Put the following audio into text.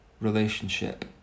relationship